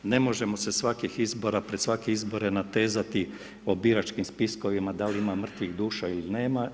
Ne možemo se svakih izbora, pred svake izbore natezati o biračkim spiskovima da li ima mrtvih duša ili nema.